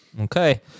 Okay